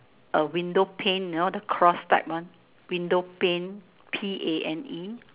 a window pane you know the cross type one window pane P A N E